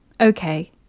Okay